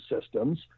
systems